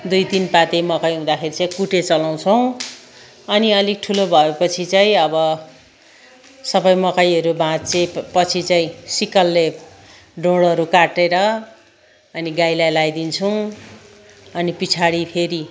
दुई तिन पाते मकै हुँदाखेरि चाहिँ कुटे चलाउँछौँ अनि अलिक ठुलो भएपछि चाहिँ अब सबै मकैहरू भाँचेपछि चैँ सिक्कलले ढोडहरू काटेर अनि गाईलाई लाइदिन्छौँ अनि पछाडि फेरि